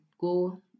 go